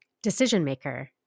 decision-maker